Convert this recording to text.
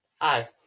Hi